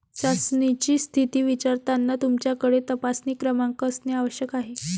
चाचणीची स्थिती विचारताना तुमच्याकडे तपासणी क्रमांक असणे आवश्यक आहे